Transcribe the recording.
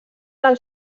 del